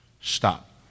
Stop